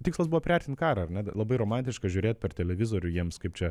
tikslas buvo priartint karą ar net labai romantiška žiūrėt per televizorių jiems kaip čia